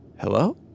Hello